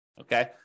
Okay